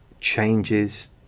changes